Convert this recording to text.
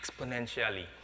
exponentially